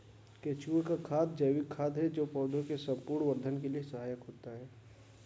केंचुए का खाद जैविक खाद है जो पौधे के संपूर्ण वर्धन के लिए सहायक होता है